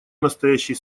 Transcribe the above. настоящей